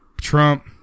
Trump